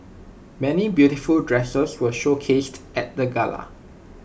many beautiful dresses were showcased at the gala